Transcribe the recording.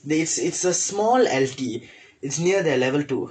it's it's a small L_T it's near the level two